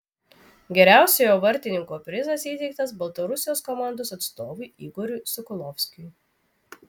geriausiojo vartininko prizas įteiktas baltarusijos komandos atstovui igoriui sokolovskiui